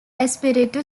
espiritu